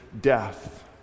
death